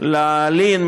יותר להלין,